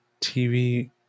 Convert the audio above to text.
TV